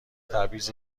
تبعیض